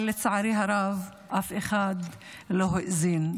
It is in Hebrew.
אבל לצערי הרב אף אחד לא האזין.